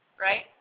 right